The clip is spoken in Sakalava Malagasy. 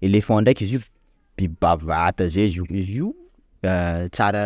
Elephant ndraiky izy io: biby bavata zay izy io, izy io ah tsara